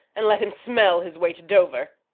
and let him smell his way to dover.